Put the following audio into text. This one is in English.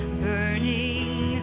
burning